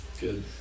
Good